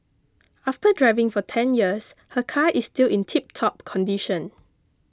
after driving for ten years her car is still in tiptop condition